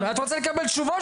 את רוצה לקבל תשובה?